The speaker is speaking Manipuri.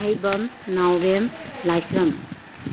ꯑꯩꯍꯩꯕꯝ ꯅꯥꯎꯔꯦꯝ ꯂꯥꯏꯁ꯭ꯔꯝ